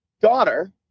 daughter